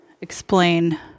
explain